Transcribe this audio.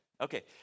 Okay